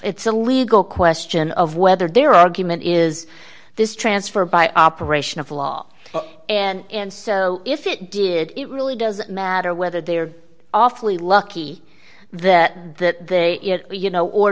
it's a legal question of whether their argument is this transfer by operation of law and so if it did it really doesn't matter whether they are awfully lucky that that they were you know or